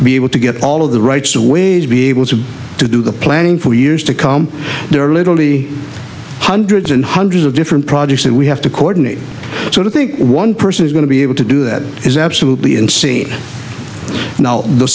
be able to get all of the rights to ways be able to to do the planning for years to come there are literally hundreds and hundreds of different projects that we have to coordinate so i think one person is going to be able to do that is absolutely insane now the